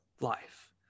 life